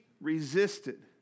resisted